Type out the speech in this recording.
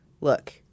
look